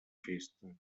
festa